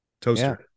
toaster